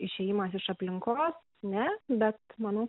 išėjimas iš aplinkos ne bet manau